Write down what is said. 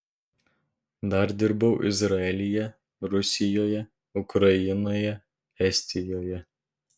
dar dirbau izraelyje rusijoje ukrainoje estijoje